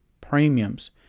premiums